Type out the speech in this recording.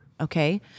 okay